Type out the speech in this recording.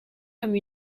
comme